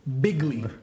Bigly